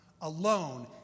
alone